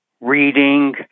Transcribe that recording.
reading